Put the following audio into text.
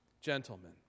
gentlemen